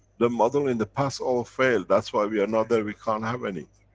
the model in the past all failed. that's why we are not there, we can't have any.